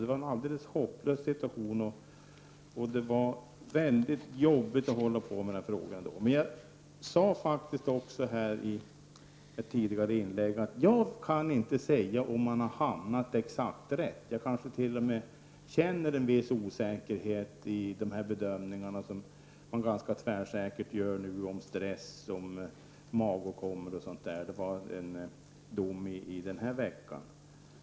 Det var en alldeles hopplös situation, och det var mycket jobbigt att hålla på med de här frågorna då. Jag sade också i ett tidigare inlägg att jag inte kan säga om man har hamnat exakt rätt. Jag kanske t.o.m. känner en viss osäkerhet inför de bedömningar som man nu ganska tvärsäkert gör om stress, magåkommor och liknande, bl.a. i en dom här i veckan.